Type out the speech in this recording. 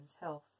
health